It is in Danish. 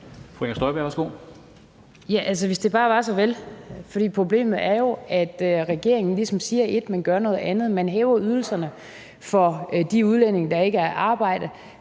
Hvis det bare var så vel, for problemet er jo, at regeringen ligesom siger et, men gør noget andet. Man hæver ydelserne for de udlændinge, der ikke er i arbejde,